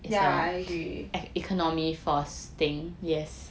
yeah I agree